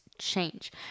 change